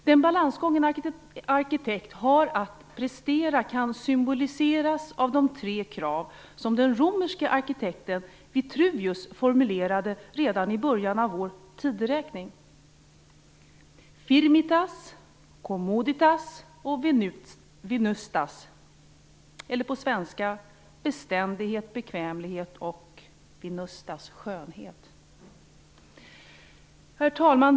Den balansgång en arkitekt har att utföra kan symboliseras av de tre krav som den romerske arkitekten Vitruvius formulerade redan i början av vår tideräkning. Firmitas, commoditas et venustas. På svenska blir detta: beständighet, bekvämlighet och skönhet. Herr talman!